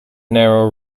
narrow